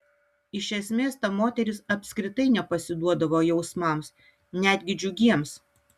iš esmės ta moteris apskritai nepasiduodavo jausmams netgi džiugiems